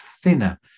thinner